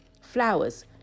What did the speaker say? flowers